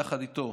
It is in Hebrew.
יחד איתו,